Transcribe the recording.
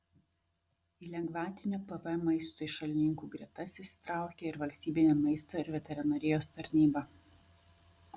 į lengvatinio pvm maistui šalininkų gretas įsitraukė ir valstybinė maisto ir veterinarijos tarnyba